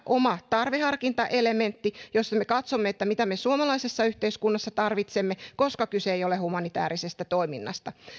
oma hyvä tarveharkintaelementti jossa me me katsomme että mitä me suomalaisessa yhteiskunnassa tarvitsemme koska kyse ei ole humanitäärisestä toiminnasta